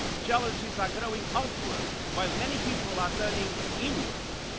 challenges are growing outward, while many people are turning inward.